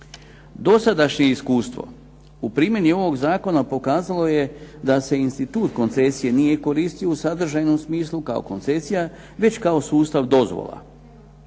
Dosadašnje iskustvo u primjeni ovog Zakona pokazalo je da se institut koncesije nije koristio u sadržajnom smislu kao koncesija već kao sustav dozvola.